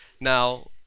Now